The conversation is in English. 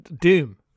doom